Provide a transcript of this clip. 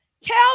Tell